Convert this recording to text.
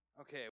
Okay